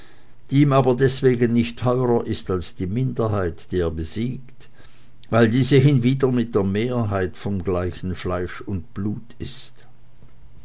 die ihm aber deswegen nicht teurer ist als die minderheit die er besiegt weil diese hinwieder mit der mehrheit vom gleichen fleisch und blut ist